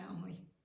family